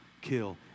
kill